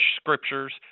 scriptures